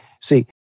See